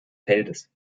feldes